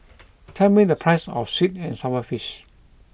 tell me the price of Sweet and Sour Fish